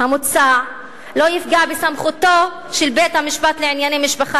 המוצע לא יפגע בסמכותו של בית-המשפט לענייני משפחה